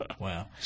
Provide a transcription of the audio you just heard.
Wow